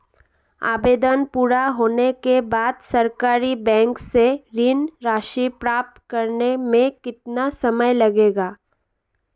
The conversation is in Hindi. आवेदन पूरा होने के बाद सरकारी बैंक से ऋण राशि प्राप्त करने में कितना समय लगेगा?